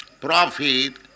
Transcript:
profit